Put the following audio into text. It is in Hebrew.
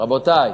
רבותי,